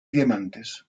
diamantes